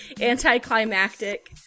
anticlimactic